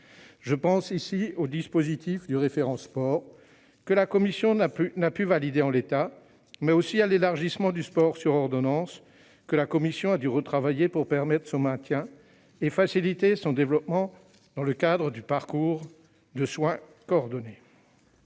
Je pense au dispositif du « référent sport » que la commission n'a pu valider en l'état, mais aussi à l'élargissement du sport sur ordonnance que la commission a dû retravailler pour permettre son maintien et faciliter son développement dans le cadre du parcours de soins coordonné.